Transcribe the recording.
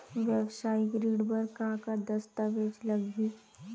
वेवसायिक ऋण बर का का दस्तावेज लगही?